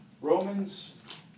Romans